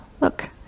look